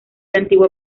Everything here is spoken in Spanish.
antiguo